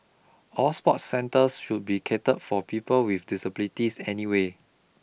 all sports centres should be catered for people with disabilities anyway